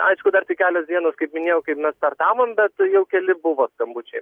aišku dar tik kelios dienos kaip minėjau kaip mes startavom bet jau keli buvo skambučiai